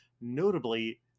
notably